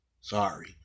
sorry